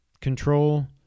Control